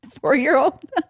four-year-old